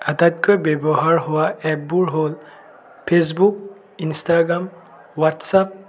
আটাইতকৈ ব্য়ৱহাৰ হোৱা এপবোৰ হ'ল ফেচবুক ইনষ্টাগ্ৰাম হোৱাটছআপ